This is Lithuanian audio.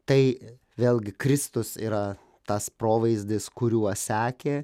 tai vėlgi kristus yra tas provaizdis kuriuo sekė